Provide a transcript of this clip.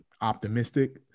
optimistic